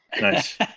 Nice